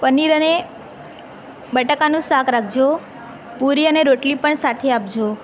પનીર અને બટાકાનું શાક રાખજો પુરી અને રોટલી પણ સાથે આપજો